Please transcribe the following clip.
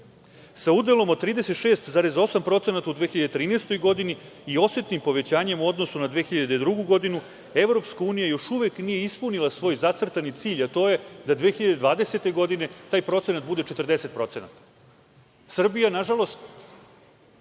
sa udelom od 36,8% u 2013. godini i osetnim povećanjem u odnosu na 2002. godinu, EU još uvek nije ispunila svoj zacrtani cilj, a to je da 2020. godine taj procenat bude 40%.